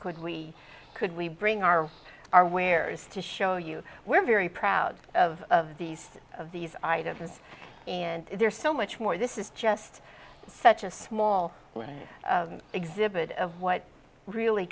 could we could we bring our our wares to show you we're very proud of these of these items and they're so much more this is just such a small exhibit of what really